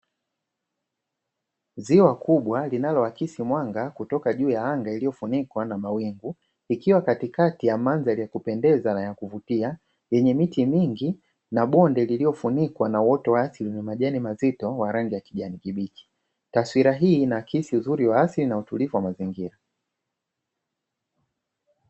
Ziwa kubwa linaloakisi mwanga kutoka juu ya anga iliyofunikwa na mawingu, ikiwa katikati ya mandhari ya kupendeza na ya kuvutia yenye miti mingi na bonde liliofunikwa na uoto wa asili wenye majani mazito wa rangi ya kijani kibichi. Taswira hii inaakisi uzuri wa asili na utulivu wa mazingira.